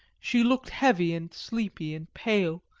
she looked heavy and sleepy and pale,